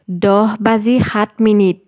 দহ বাজি সাত মিনিট